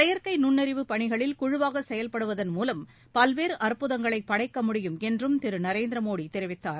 செயற்கை நுண்ணறிவு பணிகளில் குழுவாக செயல்படுவதன் மூலம் பல்வேறு அற்புதங்களை படைக்க முடியும் என்றும் திரு நரேந்திரமோடி தெரிவித்தார்